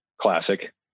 classic